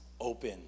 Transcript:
open